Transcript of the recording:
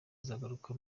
azagaruka